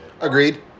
Agreed